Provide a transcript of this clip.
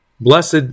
Blessed